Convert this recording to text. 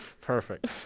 Perfect